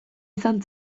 izan